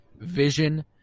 Vision